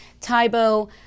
Tybo